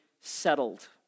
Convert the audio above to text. Settled